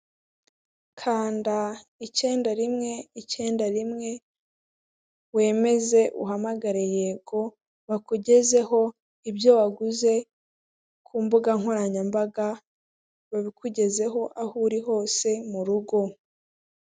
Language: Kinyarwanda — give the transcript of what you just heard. Kanda icyenda, rimwe, icyenda, rimwe wemeze uhamagare Yego, bakugezeho ibyo waguze ku mbuga nkoranyambaga babikugezeho aho uri hose mu rugo.